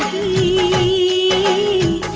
e